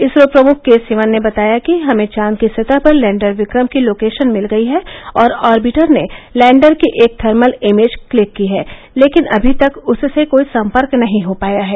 इसरो प्रमुख के सिवन ने बताया कि हमें चाँद की सतह पर लैन्डर विक्रम की लोकेषन मिल गयी है और आर्बिटर ने लैन्डर की एक थर्मल इमेज क्लिक की है लेकिन अभी तक उससे कोई सम्पर्क नहीं हो पाया है